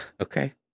Okay